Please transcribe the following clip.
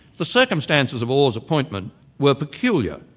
the circumstances of orr's appointment were peculiar.